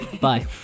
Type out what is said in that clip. Bye